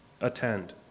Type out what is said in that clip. attend